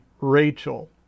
Rachel